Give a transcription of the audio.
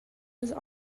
also